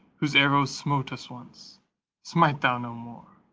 whose arrows smote us once smite thou no more!